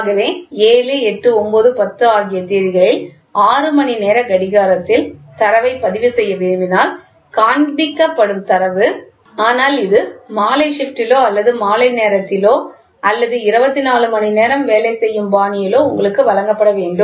ஆகவே 7 8 9 10 ஆகிய தேதிகளில் 6 மணிநேர கடிகாரத்தில் தரவைப் பதிவு செய்ய விரும்பினால் காண்பிக்கப்படும் தரவு ஆனால் இது மாலை ஷிப்டிலோ அல்லது மாலை நேரத்திலோ அல்லது 24 மணி நேரம் வேலை செய்யும் பாணியிலோ உங்களுக்கு வழங்கப்பட வேண்டும்